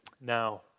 now